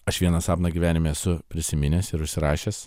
aš vieną sapną gyvenime esu prisiminęs ir užsirašęs